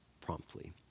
promptly